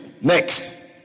Next